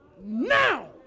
Now